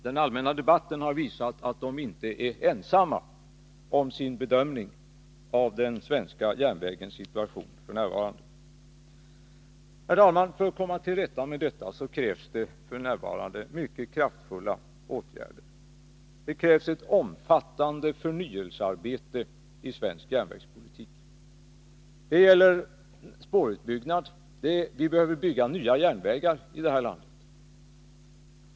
Den allmänna debatten har visat att handelskammaren inte är ensam om sin bedömning av den svenska järnvägens situation f. n. Herr talman! För att komma till rätta med detta krävs f. n. mycket kraftfulla åtgärder. Det krävs ett omfattande förnyelsearbete i svensk järnvägspolitik. Det gäller spårutbyggnad. Vi behöver bygga nya järnvägar här i landet.